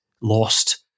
lost